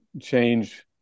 change